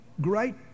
great